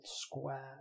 square